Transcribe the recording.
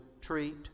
treat